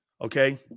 Okay